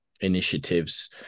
initiatives